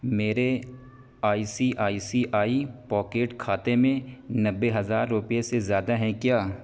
میرے I C I C I pocket کھاتے میں نبے ہزار روپیے سے زیادہ ہیں کیا